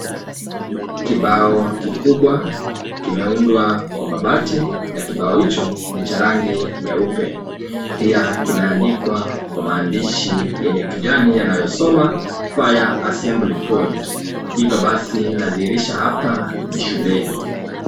Kibao kikubwa kimeundwa kwa mabati na kibao hicho ni cha rangi nyeupe pia kimeandikwa kwa maandishi yenye kijani yenye yanayosoma fire assembly point hivo pasi inatiirisha hapa ni shuleni.